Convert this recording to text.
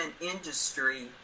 industry